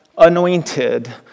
Anointed